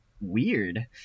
weird